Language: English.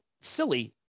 silly